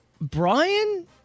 Brian